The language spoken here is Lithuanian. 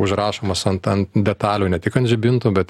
užrašomas ant ant detalių ne tik ant žibintų bet